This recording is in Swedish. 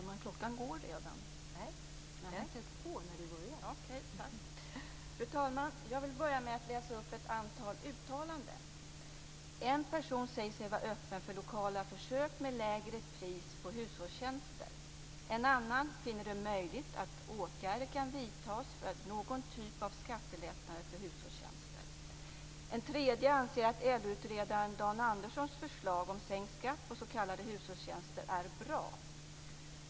Fru talman! Jag vill börja med att läsa upp ett antal uttalanden. En person säger sig vara öppen för lokala försök med lägre pris på hushållstjänster. En annan finner det möjligt att åtgärder kan vidtas för någon typ av skattelättnader för hushållstjänster. En tredje anser att LO-utredaren Dan Anderssons förslag om sänkt skatt på s.k. hushållstjänster är bra.